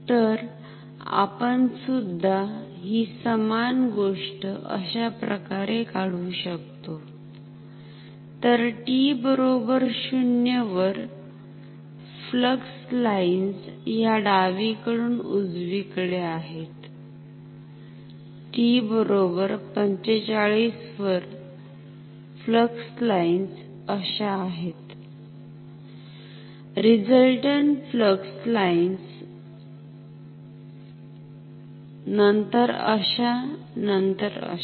तर आपणसुद्धा हि समान गोष्ट अशाप्रकारे काढू शकतो तर t 0 वर फ्लक्स लाईन्स ह्या डावीकडून उजवीकडे आहेत t 45 वर फ्लक्स लाईन्स अशा आहेतरिझल्टन्ट फ्लक्स लाईन्स नंतर अशा नंतर अशा